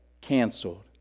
canceled